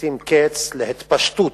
לשים קץ להתפשטות